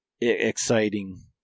exciting